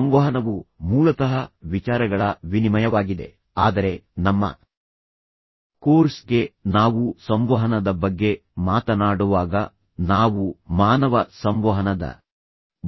ಸಂವಹನವು ಮೂಲತಃ ವಿಚಾರಗಳ ವಿನಿಮಯವಾಗಿದೆ ಆದರೆ ನಮ್ಮ ಕೋರ್ಸ್ಗೆ ನಾವು ಸಂವಹನದ ಬಗ್ಗೆ ಮಾತನಾಡುವಾಗ ನಾವು ಮಾನವ ಸಂವಹನದ